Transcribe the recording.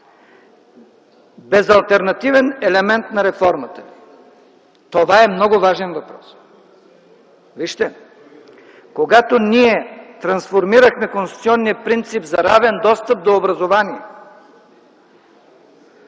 без алтернативен елемент на реформата – това е много важен въпрос. Когато ние трансформирахме конституционния принцип за равен достъп до образование,